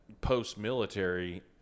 post-military